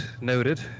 Noted